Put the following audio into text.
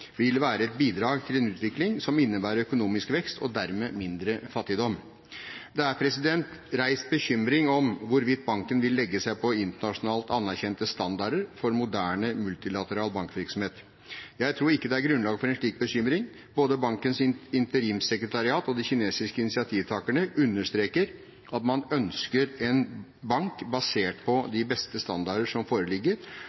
vil være et bidrag til en utvikling som innebærer økonomisk vekst og dermed mindre fattigdom. Det er reist bekymring om hvorvidt banken vil legge seg på internasjonalt anerkjente standarder for moderne multilateral bankvirksomhet. Jeg tror ikke det er grunnlag for en slik bekymring. Både bankens interimssekretariat og de kinesiske initiativtakerne understreker at man ønsker en bank basert på beste standarder som foreligger,